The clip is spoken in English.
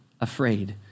afraid